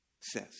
says